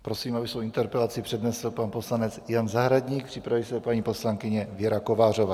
Prosím, aby svou interpelaci přednesl pan poslanec Jan Zahradník, připraví se paní poslankyně Věra Kovářová.